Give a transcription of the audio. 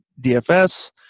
DFS